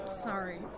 sorry